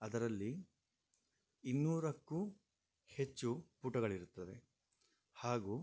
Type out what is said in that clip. ಅದರಲ್ಲಿ ಇನ್ನೂರಕ್ಕು ಹೆಚ್ಚು ಪುಟಗಳಿರುತ್ತದೆ ಹಾಗು